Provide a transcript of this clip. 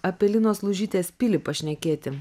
apie linos lužytės pilį pašnekėti